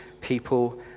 people